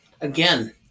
again